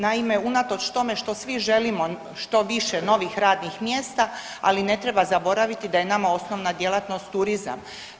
Naime, unatoč tome što svi želimo što više novih radnih mjesta, ali ne treba zaboraviti da je nama osnovna djelatnost turizam.